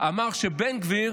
אמר שבן גביר